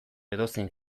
edozein